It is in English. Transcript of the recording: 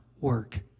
work